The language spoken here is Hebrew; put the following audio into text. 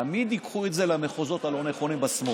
תמיד ייקחו את זה למחוזות הלא-נכונים בשמאל.